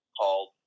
called